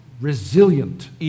resilient